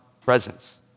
presence